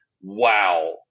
wow